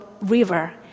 river